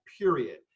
period